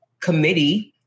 committee